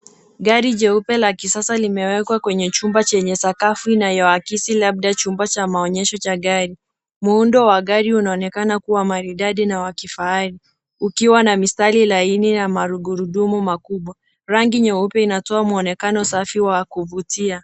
Gari jeupe la kisasa limewekwa kwenye chumba chenye sakafu inayoakisi labda chumba cha maonyesho ya gari. Muundo wa gari unaonekana kuwa maridadi na wa kifahari. Ukiwa na mistari laini na magurudumu makubwa. Rangi nyeupe inatoa mwonekano safi na wakuvutia.